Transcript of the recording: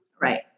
right